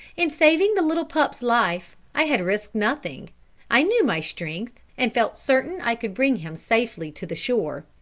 in saving the little pup's life, i had risked nothing i knew my strength, and felt certain i could bring him safely to the shore.